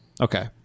Okay